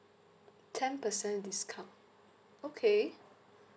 ten percent discount okay